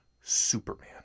Superman